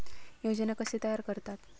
योजना कशे तयार करतात?